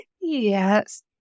Yes